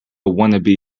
wannabe